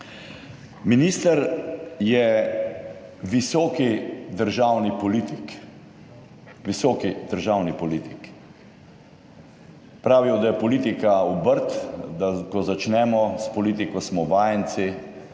politik, visoki državni politik. Pravijo, da je politika obrt, da ko začnemo s politiko smo vajenci